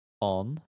On